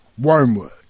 Wormwood